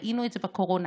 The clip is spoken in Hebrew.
ראינו את זה בקורונה: